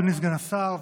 אדוני סגן השר,